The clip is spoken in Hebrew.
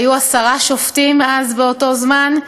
היו עשרה שופטים באותו זמן,